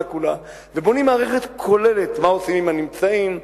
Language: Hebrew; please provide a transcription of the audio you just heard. ובונים מערכת כוללת: מה עושים עם הנמצאים,